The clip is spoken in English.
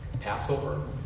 Passover